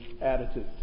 attitude